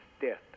death